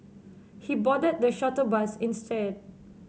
he boarded the shuttle bus instead